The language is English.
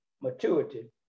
maturity